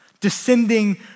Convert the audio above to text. descending